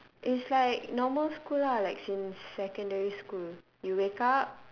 it's like normal school lah like since secondary school you wake up